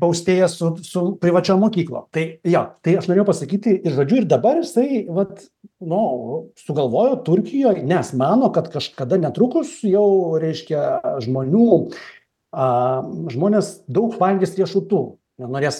austėja su si privačiom mokyklom tai jo tai aš norėjau pasakyti žodžiu ir dabar jisai vat no sugalvojo turkijoj nes mano kad kažkada netrukus jau reiškia žmonių aa žmonės daug valgys riešutų na norės